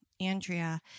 Andrea